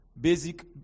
basic